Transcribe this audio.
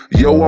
yo